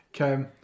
Okay